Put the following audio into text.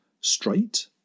straight